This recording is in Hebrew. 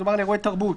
מדובר על אירועי תרבות.